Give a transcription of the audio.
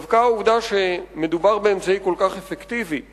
דווקא העובדה שמדובר באמצעי כל כך אפקטיבי גורמת,